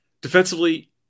Defensively